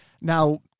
Now